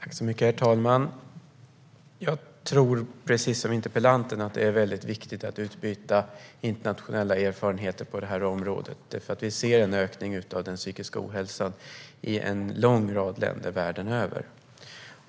Herr talman! Jag tror, precis som interpellanten, att det är väldigt viktigt att utbyta internationella erfarenheter på detta område. Vi ser nämligen en ökning av den psykiska ohälsan i en lång rad länder världen över.